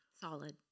solid